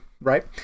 right